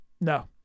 no